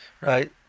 right